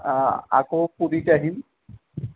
আকৌ পুৰীত আহিম